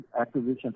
acquisition